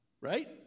right